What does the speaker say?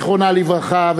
זיכרונה לברכה,